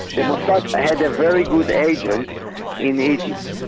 the mossad had a very good agent in egypt.